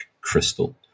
Crystal